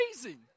amazing